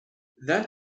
that